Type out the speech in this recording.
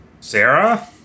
sarah